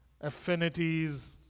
affinities